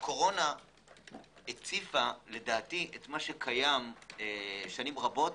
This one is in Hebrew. הקורונה הציפה לדעתי, את מה שקיים שנים רבות